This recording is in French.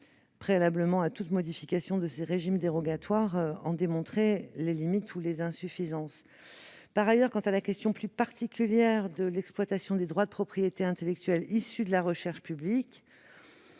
préalablement à toute modification de ces régimes dérogatoires, en démontrer les limites ou les insuffisances. Par ailleurs, quant à la question plus particulière de l'exploitation des droits de la propriété intellectuelle issus de la recherche publique,